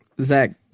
Zach